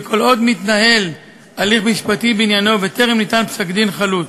וכל עוד מתנהל הליך משפטי בעניינו וטרם ניתן פסק-דין חלוט.